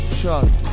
trust